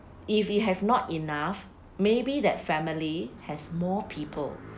if you have not enough maybe that family has more people